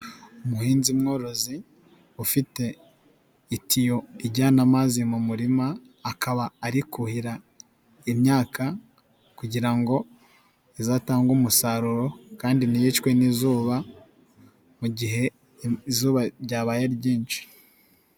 Umuhinzi mworozi ufite itiyo ijyana amazi mu murima akaba ari kuhira imyaka kugira ngo izatange umusaruro kandi ntiyicwe n'izuba mu gihe izuba ryabaye ryinshi.